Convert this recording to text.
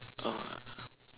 oh